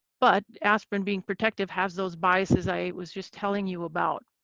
but aspirin being protective has those biases i was just telling you about.